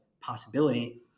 possibility